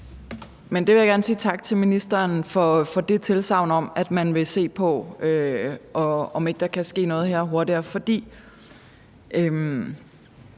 tak til ministeren for det tilsagn om, at man vil se på, om der ikke kan ske noget her hurtigere.